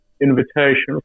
invitation